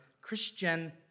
Christian